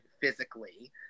physically